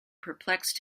perplexed